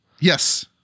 Yes